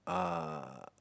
uh